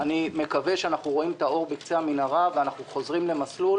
אני מקווה שאנחנו רואים את האור בקצה המנהרה ואנחנו חוזרים למסלול.